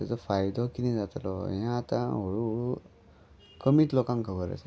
तेचो फायदो किदें जाताल हें आतां हळू हळू कमीच लोकांक खबर आसा